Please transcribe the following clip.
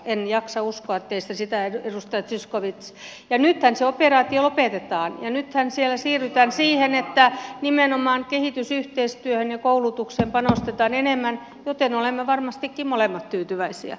en jaksa uskoa teistä sitä edustaja zyskowicz ja nythän se operaatio lopetetaan ja nythän siellä siirrytään siihen että nimenomaan kehitysyhteistyöhön ja koulutukseen panostetaan enemmän joten olemme varmastikin molemmat tyytyväisiä